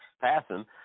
Passing